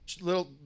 Little